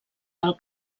del